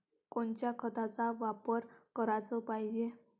कोनच्या खताचा वापर कराच पायजे?